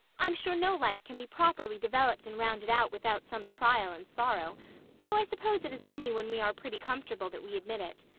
i'm sure no life can be properly developed and rounded out without some trial and sorrow though i suppose it is only when we are pretty comfortable that we admit it.